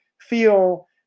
feel